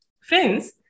Friends